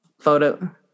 Photo